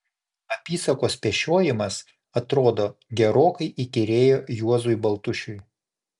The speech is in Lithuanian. apysakos pešiojimas atrodo gerokai įkyrėjo juozui baltušiui